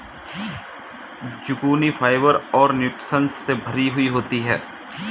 zucchini fibre और nutritions से भरी हुई होती है